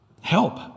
help